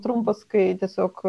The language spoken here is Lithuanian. trumpas kai tiesiog